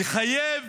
לחייב